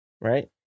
right